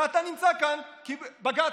ואתה נמצא כאן כי בג"ץ,